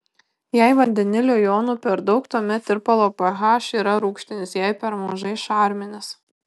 jei vandenilio jonų per daug tuomet tirpalo ph yra rūgštinis jei per mažai šarminis